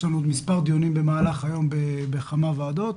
יש לנו עוד מספר דיונים במהלך היום בכמה ועדות,